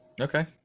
okay